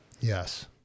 Yes